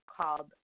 called